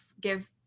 give